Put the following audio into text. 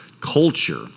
culture